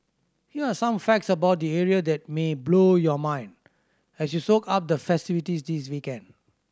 here are some facts about the area that may blow your mind as you soak up the festivities this weekend